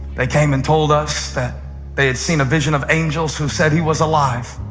they came and told us that they had seen a vision of angels, who said he was alive.